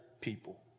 people